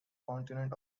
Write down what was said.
continent